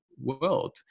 world